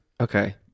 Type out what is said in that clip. Okay